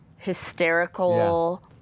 Hysterical